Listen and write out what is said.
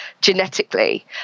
genetically